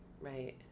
right